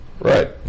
Right